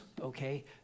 okay